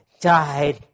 died